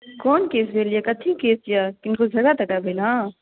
कोन केस भेल यए कथी केस यए किनको झगड़ा तगड़ा भेल हेँ